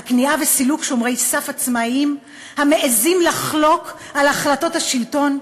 הכנעה וסילוק שומרי סף עצמאיים המעזים לחלוק על החלטות השלטון,